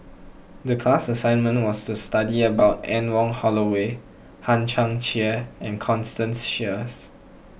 the class assignment was to study about Anne Wong Holloway Hang Chang Chieh and Constance Sheares